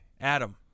Adam